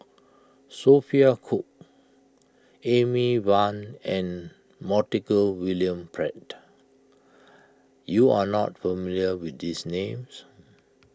Sophia Cooke Amy Van and Montague William Pett you are not familiar with these names